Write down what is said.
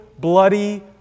bloody